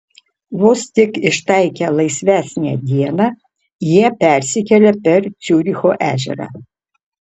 vos tik ištaikę laisvesnę dieną jie persikelia per ciuricho ežerą